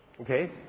Okay